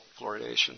fluoridation